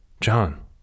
John